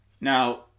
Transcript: Now